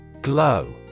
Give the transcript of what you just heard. Glow